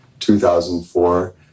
2004